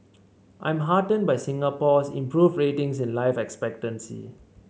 I'm heartened by Singapore's improved ratings in life expectancy